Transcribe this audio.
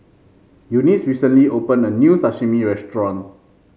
Eunice recently opened a new Sashimi restaurant